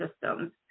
systems